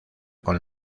con